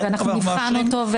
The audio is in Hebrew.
נבחן אותו.